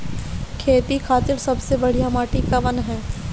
खेती खातिर सबसे बढ़िया माटी कवन ह?